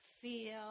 feel